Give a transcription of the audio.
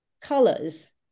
colors